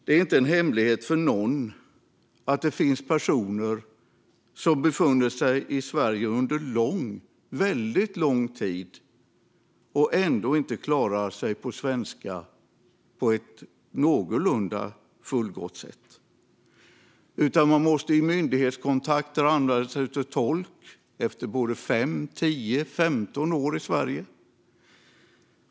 Det är inte en hemlighet för någon att det finns personer som har befunnit sig i Sverige under mycket lång tid och ändå inte klarar sig på svenska på ett någorlunda fullgott sätt. Man måste i myndighetskontakter använda sig av tolk efter fem, tio och femton år i Sverige.